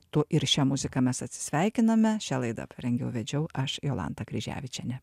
tu ir šią muziką mes atsisveikiname šią laidą rengiau vedžiau aš jolanta kryževičienė